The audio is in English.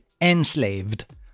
Enslaved